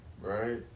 right